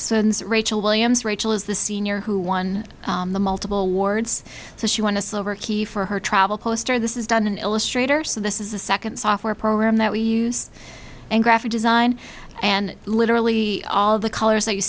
sones rachel williams rachel is the senior who won the multiple wards so she won a silver key for her travel poster this is done in illustrator so this is a second software program that we use and graphic design and literally all of the colors that you